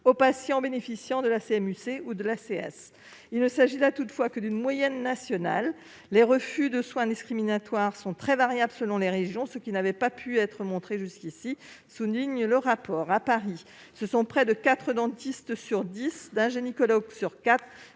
aux patients bénéficiant de la CMU-C ou de l'ACS. Il ne s'agit là toutefois que d'une moyenne nationale. Les refus de soins discriminatoires sont très variables selon les régions, ce qui n'avait pas pu être montré jusqu'ici, souligne le rapport. À Paris, ce sont près de quatre dentistes sur dix, d'un gynécologue sur quatre